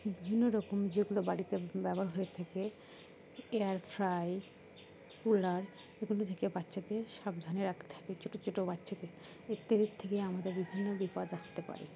বিভিন্ন রকম যেগুলো বাড়িতে ব্যবহার হয়ে থাকে এয়ার ফ্রাই কুলার এগুলো থেকে বাচ্চাকে সাবধানে রাখতে হবে ছোটো ছোটো বাচ্চাকে ইত্যাদির থেকে আমাদের বিভিন্ন বিপদ আসতে পারে